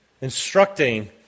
instructing